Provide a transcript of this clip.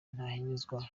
ntahinyuzwa